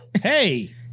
Hey